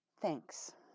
thanks